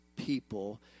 People